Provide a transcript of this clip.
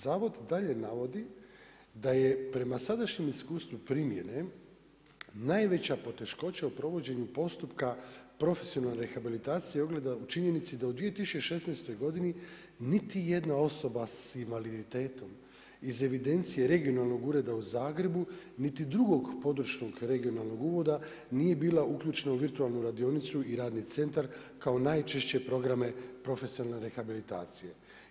Zavod dalje navodi da je prema sadašnjem iskustvu primjene najveća poteškoća u provođenju postupka profesionalne rehabilitacije ogleda u činjenici da u 2016. godine niti jedna osoba s invaliditetom iz evidencije regionalnog ureda u Zagrebu, niti drugog područnog regionalnog ureda nije bila uključena u virtualnu radionicu i radni centar kao najčešće programe profesionalne rehabilitacije.